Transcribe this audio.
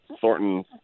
Thornton